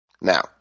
Now